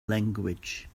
language